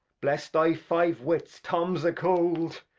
bless thy five wits. tom's a cold.